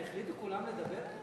הם החליטו כולם לדבר?